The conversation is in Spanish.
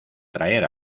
traer